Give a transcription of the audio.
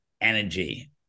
energy